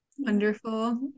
Wonderful